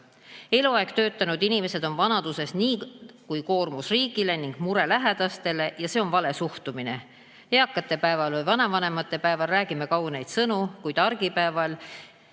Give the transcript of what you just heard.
Eluaeg töötanud inimesed on vanaduses kui koormus riigile ning mure lähedastele ja see on vale suhtumine. Eakate päeval ehk vanavanemate päeval räägime kauneid sõnu, kuid argipäeval